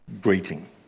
greeting